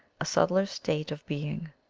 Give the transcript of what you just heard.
a subtler state of being.